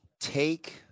take